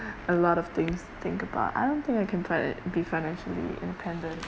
a lot of things to think about I don't think I can finan~ be financially independent